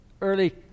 early